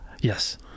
Yes